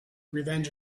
revenge